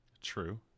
True